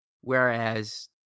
whereas